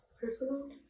personal